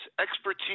expertise